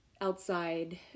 outside